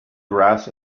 grass